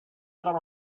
got